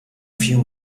few